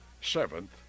Seventh